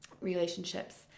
relationships